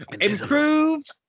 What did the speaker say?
Improved